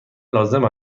لازم